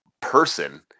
person